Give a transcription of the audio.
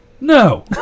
no